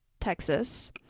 texas